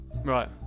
right